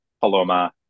paloma